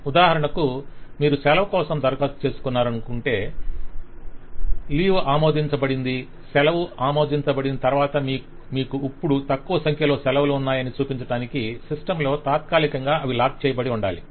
ఉదాహరణకు మీరు సెలవు కోసం దరఖాస్తు చేసుకున్నారు లీవ్ ఆమోదించబడింది సెలవు ఆమోదించబడిన తర్వాత మీకు ఇప్పుడు తక్కువ సంఖ్యలో సెలవులు ఉన్నాయని చూపించడానికి సిస్టమ్లో తాత్కాలికంగా అవి లాక్ చేయబడాలి